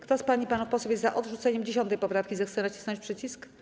Kto z pań i panów posłów jest za odrzuceniem 10. poprawki, zechce nacisnąć przycisk.